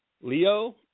Leo